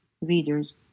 readers